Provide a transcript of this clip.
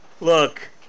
look